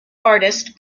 artist